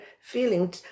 feeling